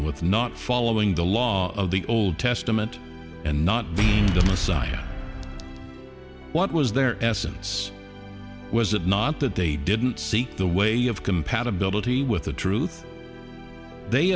with not following the law of the old testament and not being the messiah what was their essence was it not that they didn't seek the way of compatibility with the truth they